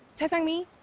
cha sang-mi,